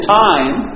time